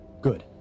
Good